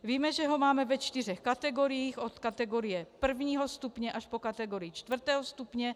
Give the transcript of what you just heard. Víme, že ho máme ve čtyřech kategoriích od kategorie prvního stupně až po kategorii čtvrtého stupně.